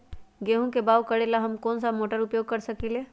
गेंहू के बाओ करेला हम कौन सा मोटर उपयोग कर सकींले?